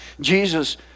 Jesus